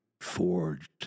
forged